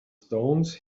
stones